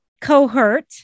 cohort